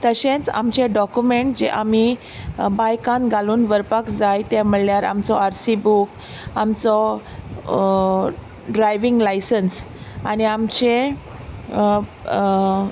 तशेंच आमचे डॉक्युमॅण्ट जे आमी बायकान घालून व्हरपाक जाय ते म्हणल्यार आमचो आर सी बूक आमचो ड्रायवींग लायसन्स आनी आमचे